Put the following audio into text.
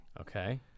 Okay